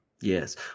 Yes